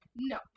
no